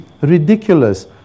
Ridiculous